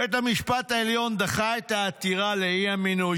בית המשפט העליון דחה את העתירה לאי-מינויו